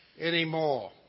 anymore